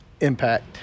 impact